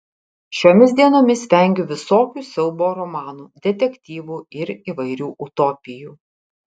šiomis dienomis vengiu visokių siaubo romanų detektyvų ir įvairių utopijų